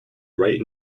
right